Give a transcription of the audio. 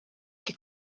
che